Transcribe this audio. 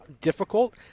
difficult